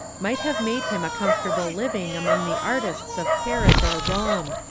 might have made him a com fortable living among the artists of paris or rome.